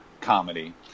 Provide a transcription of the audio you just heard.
comedy